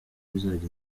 bizagenda